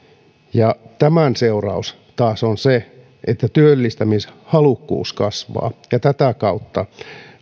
ja tämän seuraus taas on se että työllistämishalukkuus kasvaa ja tätä kautta